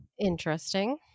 Interesting